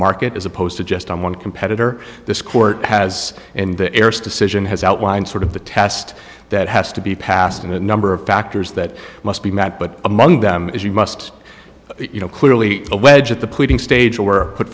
market as opposed to just on one competitor this court has in the arabs decision has outlined sort of the test that has to be passed on a number of factors that must be met but among them is you must you know clearly a wedge at the pleading stage were put